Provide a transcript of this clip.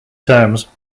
terms